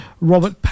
Robert